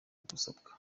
gusabwa